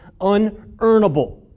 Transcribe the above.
unearnable